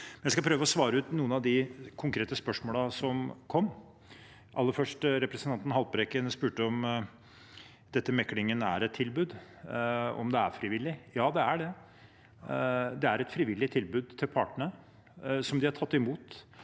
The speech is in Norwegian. Jeg skal prøve å svare ut noen av de konkrete spørsmålene som har kommet. Aller først til representanten Haltbrekken, som spurte om meklingen er et tilbud, og om det er frivillig: Ja, det er det. Det er et frivillig tilbud til partene, som de har tatt imot.